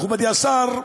מכובדי השר,